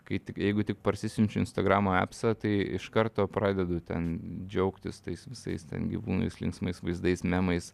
kai tik jeigu tik parsisiunčiu instagramo epsą tai iš karto pradedu ten džiaugtis tais visais ten gyvūnais linksmais vaizdais memais